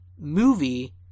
movie